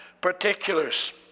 particulars